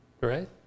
right